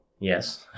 Yes